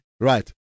Right